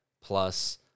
plus